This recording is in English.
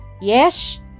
Yes